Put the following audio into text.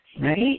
Right